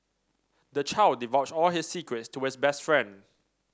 the child divulged all his secrets to his best friend